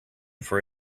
for